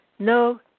No